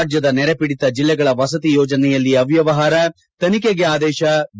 ರಾಜ್ಯದ ನೆರೆಪೀಡಿತ ಜಿಲ್ಲೆಗಳ ವಸತಿ ಯೋಜನೆಯಲ್ಲಿ ಅವ್ಯಮಾರ ತನಿಖೆಗೆ ಆದೇಶ ವಿ